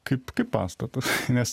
kaip pastatas nes